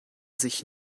sich